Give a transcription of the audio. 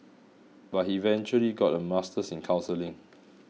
but he eventually got a Master's in counselling